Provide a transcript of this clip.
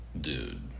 Dude